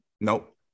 Nope